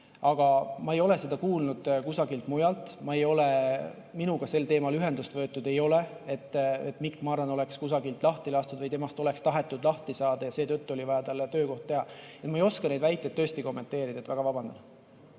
Aga ma ei ole seda kuulnud kusagilt mujalt, minuga sel teemal ühendust võetud ei ole, et Mikk Marran oleks kusagilt lahti lastud või temast oleks tahetud lahti saada ja seetõttu oli vaja talle töökohta. Ma ei oska neid väiteid tõesti kommenteerida. Väga vabandan.